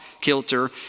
kilter